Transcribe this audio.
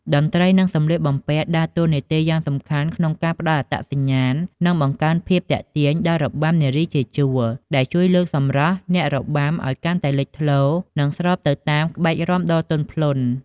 តន្ត្រី និងសម្លៀកបំពាក់ ដើរតួនាទីយ៉ាងសំខាន់ក្នុងការផ្តល់អត្តសញ្ញាណ និងបង្កើនភាពទាក់ទាញដល់របាំនារីជាជួរ ដែលជួយលើកសម្រស់អ្នករបាំឱ្យកាន់តែលេចធ្លោ និងស្របទៅតាមក្បាច់រាំដ៏ទន់ភ្លន់។